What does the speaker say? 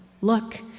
Look